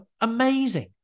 amazing